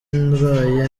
ndwaye